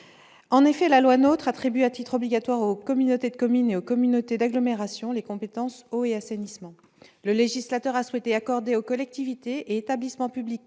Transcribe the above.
dit, la loi NOTRe attribue à titre obligatoire aux communautés de communes et aux communautés d'agglomération les compétences « eau » et « assainissement ». Le législateur a souhaité accorder aux collectivités et établissements publics